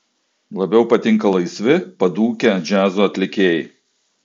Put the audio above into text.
labiau patinka laisvi padūkę džiazo atlikėjai